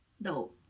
no